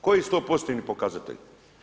Koji su to pozitivni pokazatelji?